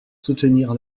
soutenir